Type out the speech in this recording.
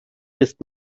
ist